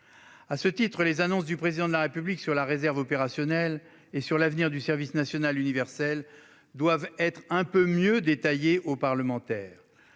À ce titre, les annonces du Président de la République sur la réserve opérationnelle et sur l'avenir du service national universel doivent être un peu mieux détaillées aux parlementaires.